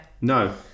No